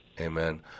amen